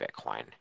Bitcoin